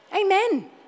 Amen